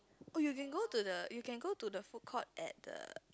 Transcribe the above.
oh you can go to the you can go to the food court at the